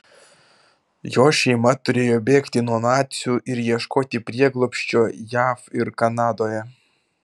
jo šeima turėjo bėgti nuo nacių ir ieškoti prieglobsčio jav ir kanadoje